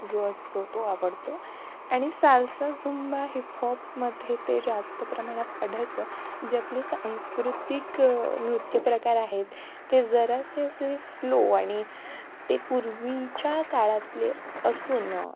जो असतो तो आवडतो आणि साल्सा झुंबा हिप हॉपमध्ये ते जास्त प्रमाणात आढळतं जे आपले सांस्कृतिक नृत्यप्रकार आहेत ते जराशे असले स्लो आणि ते पूर्वीच्या काळातले असून